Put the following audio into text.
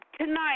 tonight